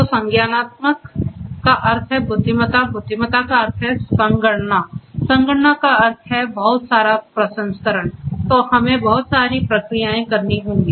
तो संज्ञानात्मक का अर्थ है बुद्धिमत्ता बुद्धिमत्ता का अर्थ है संगणना संगणना का अर्थ है बहुत सारा प्रसंस्करण तो हमें बहुत सारी प्रक्रियाएँ करनी होंगी